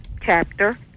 Chapter